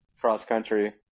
cross-country